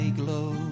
glow